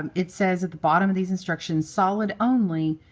um it says, at the bottom of these instructions, solid only.